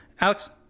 Alex